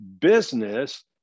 Business